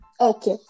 Okay